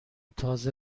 تازه